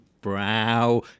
brow